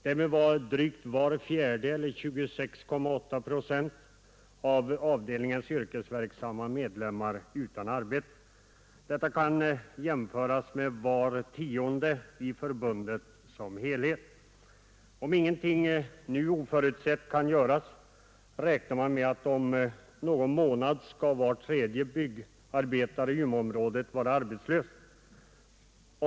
Därmed var drygt var fjärde — eller 26,8 procent — av avdelningens yrkesverksamma medlemmar utan arbete. Detta kan jämföras med var tionde i Byggnadsarbetareförbundet som helhet. Om ingenting nu oförutsett kan göras räknar man med att om någon månad var tredje byggarbetare i Umeåområdet skall vara arbetslös.